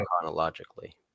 chronologically